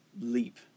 leap